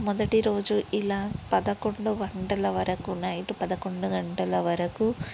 మొదటిరోజు ఇలా పదకొండు గంటల వరకు నైట్ పదకొండు గంటల వరకు